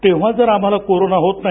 तेव्हा जर आम्हाला कोरोना होत नाही